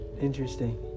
interesting